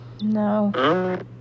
No